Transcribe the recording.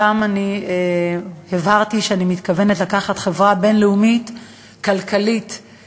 ושם הבהרתי שאני מתכוונת לקחת חברה כלכלית בין-לאומית,